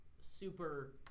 super